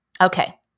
Okay